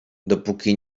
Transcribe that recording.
dopóki